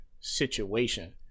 situation